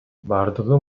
бардыгы